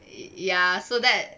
ya so that